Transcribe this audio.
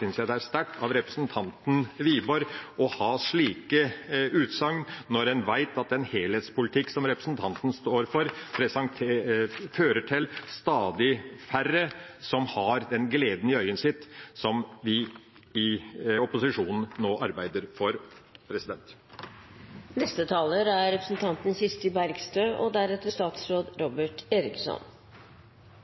det er sterkt av representanten Wiborg å komme med slike utsagn når en vet at den helhetspolitikken som representanten står for, fører til at stadig færre har den gleden i øyet sitt, en glede som vi i opposisjonen nå arbeider for at man skal få. Det er